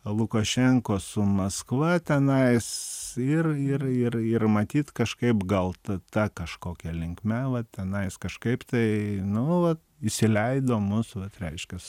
lukašenkos su maskva tenais ir ir ir ir matyt kažkaip gal ta ta kažkokia linkme vat tenais kažkaip tai nu va įsileido mus vat reiškias